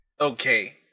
Okay